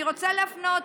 אני רוצה להפנות,